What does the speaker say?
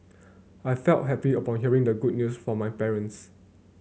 I felt happy upon hearing the good news from my parents